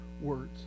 words